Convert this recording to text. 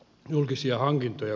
julkisia hankintoja